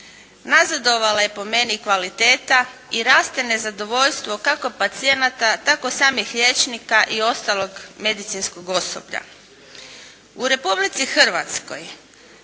Nazadovala je po meni kvaliteta i raste nezadovoljstvo kako pacijenata tako i samih liječnika i ostalog medicinskog osoblja. U Republici Hrvatskoj